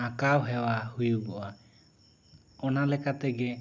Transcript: ᱟᱸᱠᱟᱣ ᱦᱮᱣᱟ ᱦᱩᱭᱩᱜᱚᱜᱼᱟ ᱚᱱᱟ ᱞᱮᱠᱟᱛᱮᱜᱮ